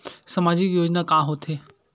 सामाजिक योजना का होथे?